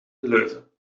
leuven